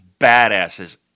badasses